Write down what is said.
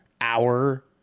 hour